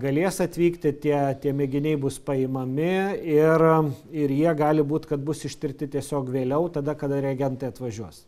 galės atvykti tie tie mėginiai bus paimami ir ir jie gali būt kad bus ištirti tiesiog vėliau tada kada reagentai atvažiuos